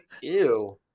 Ew